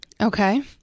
Okay